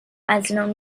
einzelnen